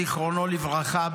זיכרונו לברכה,